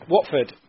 Watford